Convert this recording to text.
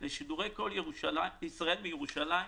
ששידורי קול ישראל מירושלים